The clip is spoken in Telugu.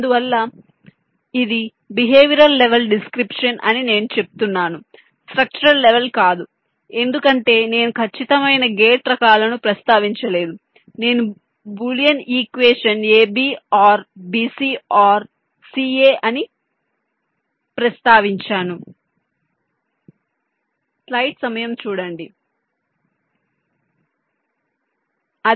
అందువల్ల ఇది బిహేవియరల్ లెవెల్ డిస్క్రిప్షన్ అని నేను చెప్తున్నాను స్ట్రక్చరల్ లెవెల్ కాదు ఎందుకంటే నేను ఖచ్చితమైన గేట్ రకాలను ప్రస్తావించలేదు నేను Boolean equation ab OR bc OR ca అని ప్రస్తావించాను